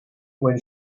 when